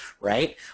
right